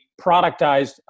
productized